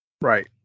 right